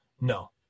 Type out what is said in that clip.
No